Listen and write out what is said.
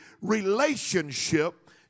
relationship